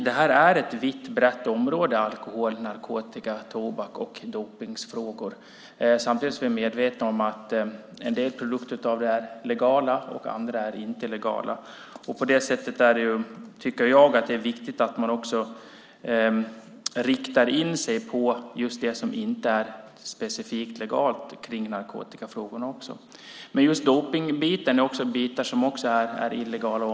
Frågor som handlar om alkohol, narkotika, tobak och dopning utgör ett vitt och brett område. Vi är medvetna om att en del produkter är legala och andra inte är legala. Därför tycker jag att det är viktigt att man riktar in sig även på just det som inte är specifikt legalt kring dessa frågor. Men just när det gäller dopning finns det också områden som är illegala.